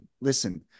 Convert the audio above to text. listen